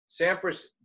Sampras